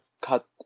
cut